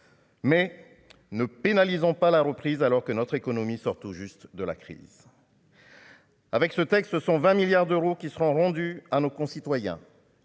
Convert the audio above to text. Mais ne pénaliseront pas la reprise alors que notre économie sort tout juste de la crise. Avec ce texte, ce sont 20 milliards d'euros qui seront rendus à nos concitoyens.